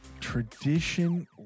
tradition